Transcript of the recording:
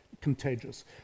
contagious